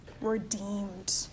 redeemed